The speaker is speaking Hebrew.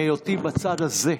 בהיותי בצד הזה,